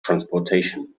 transportation